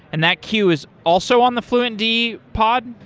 and that queue is also on the fluentd pod?